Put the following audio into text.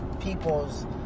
people's